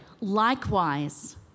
likewise